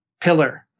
pillar